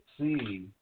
see